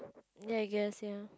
ya I guess ya